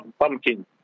pumpkin